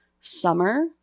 summer